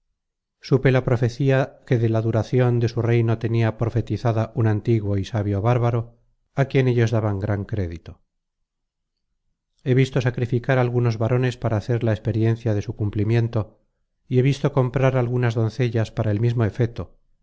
supe la profecía que de la duracion de su reino tenia profetizada un antiguo y sabio bárbaro á quien ellos daban gran crédito he visto sacrificar algunos varones para hacer la experiencia de su cumplimiento y he visto comprar algunas doncellas para el mismo efeto